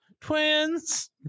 twins